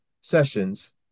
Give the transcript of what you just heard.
Sessions